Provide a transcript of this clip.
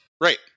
Right